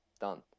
done